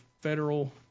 Federal